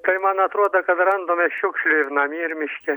tai man atrodo kad randame šiukšlių ir namie ir miške